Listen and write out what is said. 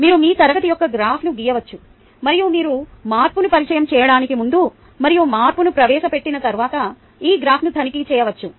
మీరు మీ తరగతి యొక్క గ్రాఫ్ను గీయవచ్చు మరియు మీరు మార్పును పరిచయం చేయడానికి ముందు మరియు మార్పును ప్రవేశపెట్టిన తర్వాత ఈ గ్రాఫ్ను తనిఖీ చేయవచ్చు